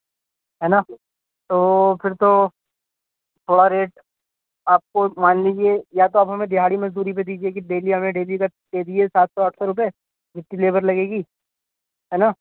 ہے نا تو پھر تو تھوڑا ریٹ آپ کو مان لیجیے یا تو آپ ہمیں دیہاڑی مزدوری پہ دیجیے کہ ڈیلی ہمیں ڈیلی کر دے دیجے سات سو آٹھ سو روپے جس کی لیبر لگے گی ہے نا